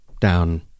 down